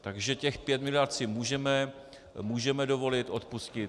Takže těch 5 miliard si můžeme dovolit odpustit.